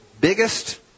biggest